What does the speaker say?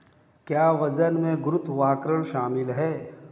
क्या वजन में गुरुत्वाकर्षण शामिल है?